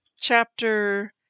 chapter